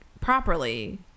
properly